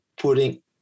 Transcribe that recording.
putting